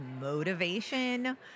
motivation